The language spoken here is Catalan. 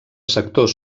sector